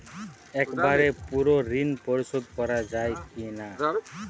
একবারে পুরো ঋণ পরিশোধ করা যায় কি না?